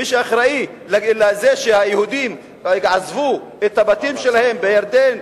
מי שאחראי לזה שהיהודים עזבו את הבתים שלהם בירדן,